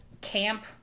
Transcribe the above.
camp